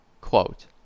Quote